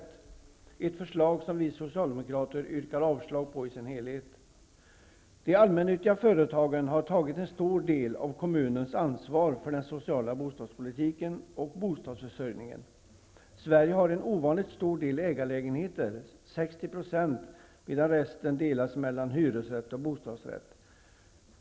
Det är ett förslag som vi socialdemokrater yrkar avslag på i sin helhet. De allmännyttiga företagen har tagit en stor del av kommunens ansvar för den sociala bostadspolitiken och bostadsförsörjningen. Sverige har en ovanligt stor del ägarlägenheter, 60 %, medan resten delas mellan hyresrätt och bostadsrätt.